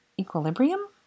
Equilibrium